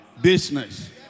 Business